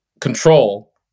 control